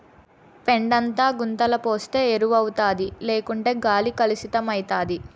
పేడంతా గుంతల పోస్తే ఎరువౌతాది లేకుంటే గాలి కలుసితమైతాది